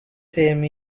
same